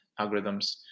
algorithms